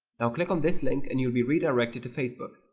now click on this link and you'll be redirected to facebook